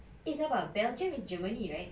eh sabar belgium is germany right